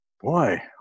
boy